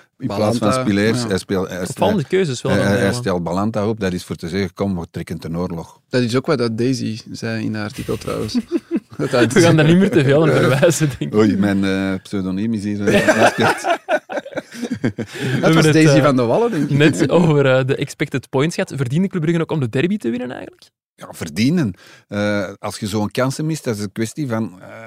In plaats van Balanta. Spileers, Ja. hij speelt- hij- Opvallende hij- keuzes wel hij- dan, ja- hij stelt Balanta op. Dat is voor te zeggen, kom, we trekken ten oorlog. Dat is ook wat dat Daisy zei in haar artikel trouwens. Dat hij We dus- gaan daar niet meer te veel aan verwijzen, denk ik. Oei, mijn, eh, pseudoniem is hier, eh, afgeschreven. We Dat hebben was het, Daisy eh, van de Wallen, denk ik. net over, eh, de expected points gehad. Verdienen Club Brugge ook om de derby te winnen eigenlijk? Ja, verdienen. Eh, als je zo'n kansen mist, dat is een kwestie van, eh,